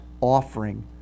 offering